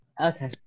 okay